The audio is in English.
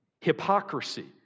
Hypocrisy